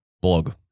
Blog